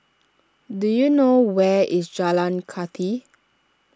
do you know where is Jalan Kathi